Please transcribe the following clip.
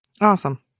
Awesome